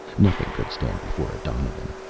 nothing could stand before a donovan.